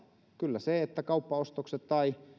kyllä se että kauppaostokset tai